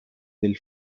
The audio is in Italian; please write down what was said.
del